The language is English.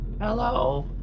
Hello